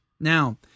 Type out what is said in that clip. Now